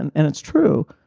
and and it's true,